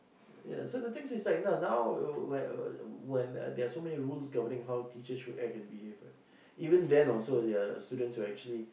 ya so the thing is like now now when when there are so many rules governing how teachers should act and behave what even then also there are students who actually